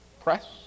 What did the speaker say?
press